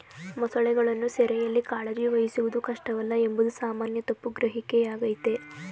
ಮೊಸಳೆಗಳನ್ನು ಸೆರೆಯಲ್ಲಿ ಕಾಳಜಿ ವಹಿಸುವುದು ಕಷ್ಟವಲ್ಲ ಎಂಬುದು ಸಾಮಾನ್ಯ ತಪ್ಪು ಗ್ರಹಿಕೆಯಾಗಯ್ತೆ